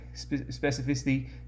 specificity